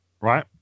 right